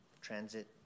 transit